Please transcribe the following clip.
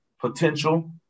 potential